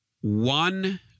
one